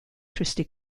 christi